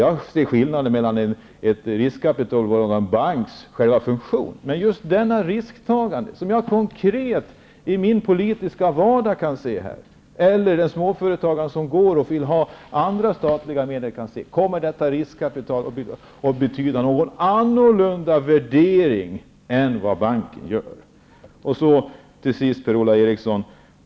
Jag kan se skillnaden mellan själva funktionen hos ett riskkapitalbolag och en bank, men detta gäller det risktagande som jag kan se konkret i min politiska vardag eller som den småföretagare som vill ha andra statliga medel kan se. Kommer detta riskkapitalbolag att göra någon annan värdering än vad banken gör? Till sist, Per-Ola Eriksson.